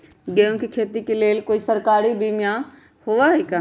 गेंहू के खेती के लेल कोइ सरकारी बीमा होईअ का?